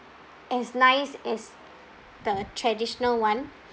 as nice as the traditional one